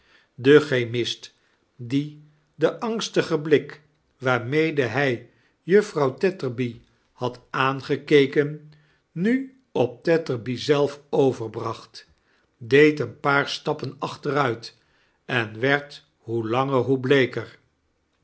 de chemist die den angstigen blik waarmede hij juffrouw tetterby had aangekeken mi op tetterby zelf overbracht deed een paar stappen achteruit en werd hoe langer hoe bleeker